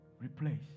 Replace